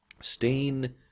Stain